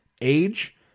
Age